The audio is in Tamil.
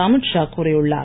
அமித் ஷா கூறியுள்ளார்